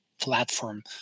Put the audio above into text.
platform